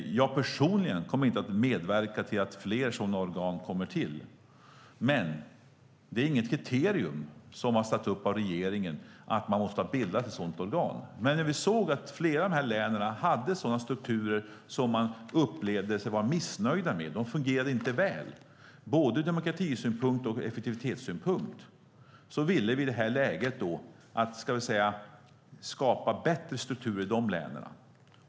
Personligen kommer jag inte att medverka till att fler sådana organ kommer till. Det är dock inget kriterium som har satts upp av regeringen att man måste ha bildat ett sådant organ. När vi såg att flera län hade sådana strukturer som man var missnöjd med - de fungerade inte väl ur vare sig demokratisynpunkt eller effektivitetssynpunkt - ville vi skapa bättre strukturer i de länen.